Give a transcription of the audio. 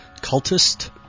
cultist